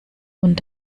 und